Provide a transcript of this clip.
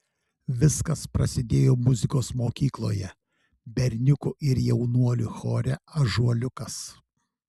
viskas prasidėjo muzikos mokykloje berniukų ir jaunuolių chore ąžuoliukas